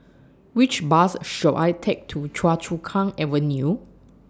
Which Bus should I Take to Choa Chu Kang Avenue